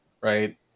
right